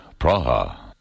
Praha